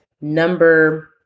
number